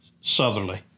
southerly